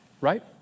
right